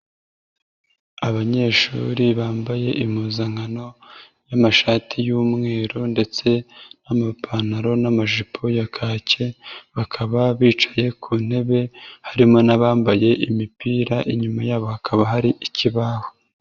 Abanyeshuri bambaye impuzankano y'amashati y'umweru ndetse n'amapantaro n'amajipo ya kake, bakaba bicaye ku ntebe, harimo n'abambaye imipira, inyuma yabo hakaba hari ikibaho.